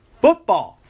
football